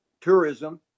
tourism